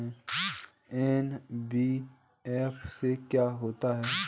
NBFC क्या होता है?